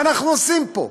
מה אנחנו עושים פה?